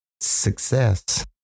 success